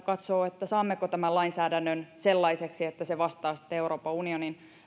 katsoa sitä saammeko tämän lainsäädännön sellaiseksi että se vastaa euroopan unionin